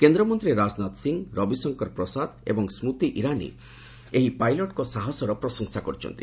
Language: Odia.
କେନ୍ଦ୍ରମନ୍ତ୍ରୀ ରାଜନାଥ ସିଂ ରବିଶଙ୍କର ପ୍ରସାଦ ଏବଂ ସ୍ତି ଇରାନୀ ଏହି ପାଇଲଟ୍ଙ୍କ ସାହସର ପ୍ରଶଂସା କରିଛନ୍ତି